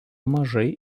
mažai